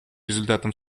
результатом